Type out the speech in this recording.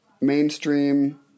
mainstream